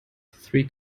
three